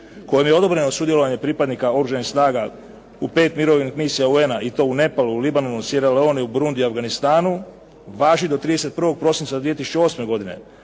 kojom je odobreno sudjelovanje pripadnika Oružanih snaga u pet mirovnih misija UN-a i to u Nepalu, u Libanonu, Sierra Leone, u …/Govornik se ne razumije./… u Afganistanu, važi do 31. prosinca 2008. godine.